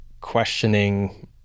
questioning